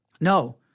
No